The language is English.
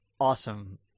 awesome